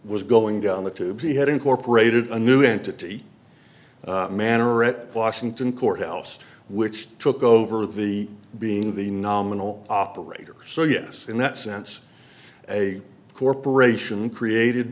was going down the tubes he had incorporated a new entity manner at washington courthouse which took over the being the nominal operator so yes in that sense a corporation created